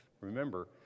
Remember